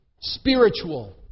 spiritual